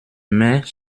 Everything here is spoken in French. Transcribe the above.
mais